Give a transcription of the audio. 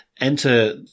Enter